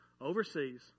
overseas